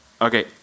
Okay